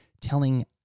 telling –